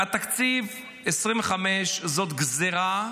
תקציב 2025 זו גזרה,